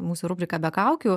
mūsų rubriką be kaukių